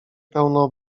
pełno